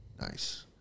Nice